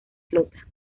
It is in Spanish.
flota